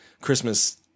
Christmas